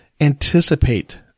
anticipate